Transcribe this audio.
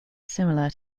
similar